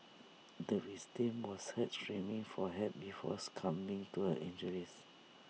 the was heard screaming for help before succumbing to her injuries